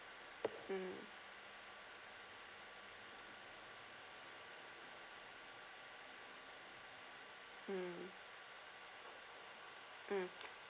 mm mm mm